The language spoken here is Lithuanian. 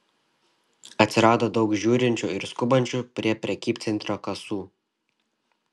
atsirado daug žiūrinčių ir skubančių prie prekybcentrio kasų